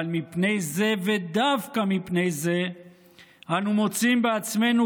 אבל מפני זה ודווקא מפני זה אנו מוצאים בעצמנו